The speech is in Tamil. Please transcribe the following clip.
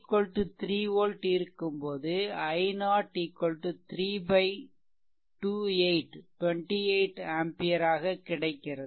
v 3 volt இருக்கும்போது i0 3 28 ஆம்பியர் ஆக கிடைக்கிறது